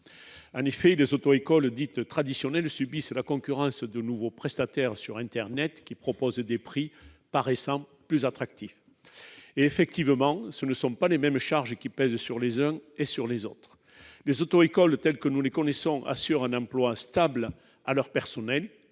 Les auto-écoles dites « traditionnelles » subissent la concurrence de nouveaux prestataires sur internet, qui proposent des prix paraissant plus attractifs. Effectivement, ce ne sont pas les mêmes charges qui pèsent sur les uns et sur les autres. Les auto-écoles telles que nous les connaissons assurent un emploi stable à leurs personnels,